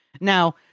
Now